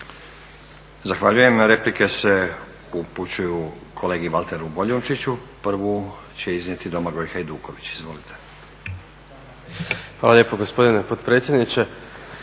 Zahvaljujem. Replike se upućuju kolegi Valteru Boljunčiću. Prvu će iznijeti Domagoj Hajduković. Izvolite. **Hajduković, Domagoj (SDP)** Hvala lijepo gospodine potpredsjedniče.